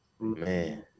Man